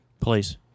Please